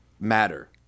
matter